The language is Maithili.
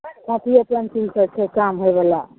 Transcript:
कोपिये पेंसिलसँ छै काम होइ बला